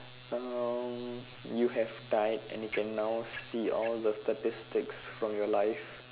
um you have died and you can now can see all the statistics from your life